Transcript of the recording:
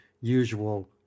usual